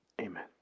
amen